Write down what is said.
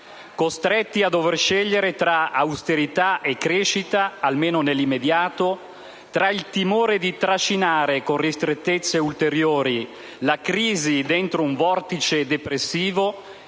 Costretti a dover scegliere tra austerità e crescita, almeno nell'immediato, tra il timore di trascinare, con ristrettezze ulteriori, la crisi dentro un vortice depressivo